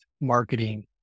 marketing